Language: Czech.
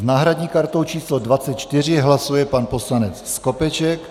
S náhradní kartou číslo 24 hlasuje pan poslanec Skopeček.